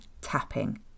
tapping